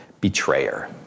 betrayer